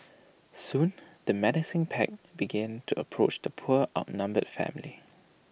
soon the menacing pack began to approach the poor outnumbered family